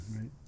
right